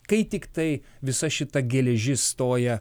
kai tiktai visa šita geležis stoja